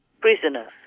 prisoners